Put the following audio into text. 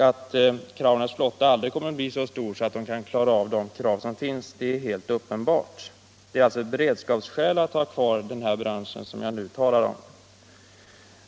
Att Crownairs flotta aldrig kommer att bli så stor att den kan klara av de krav som finns är helt uppenbart. Det är alltså motiverat av beredskapsskäl att ha kvar den bransch jag nu talar om.